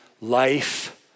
life